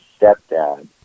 stepdad